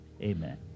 amen